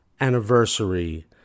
anniversary